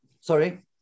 sorry